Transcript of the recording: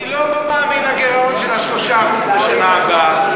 אני לא מאמין בגירעון של 3% בשנה הבאה.